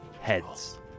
heads